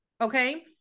Okay